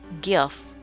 gift